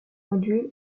module